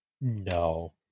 no